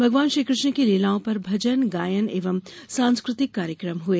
भगवान श्रीकृष्ण की लीलाओं पर भजन गायन एवं सांस्कृतिक कार्यक्रम हुए